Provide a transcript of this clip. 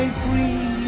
free